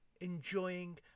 enjoying